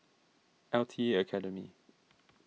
L T A Academy